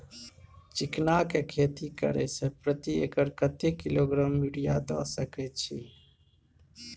चिकना के खेती करे से प्रति एकर कतेक किलोग्राम यूरिया द सके छी?